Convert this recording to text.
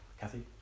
Kathy